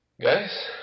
Guys